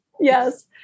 Yes